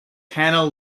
hannah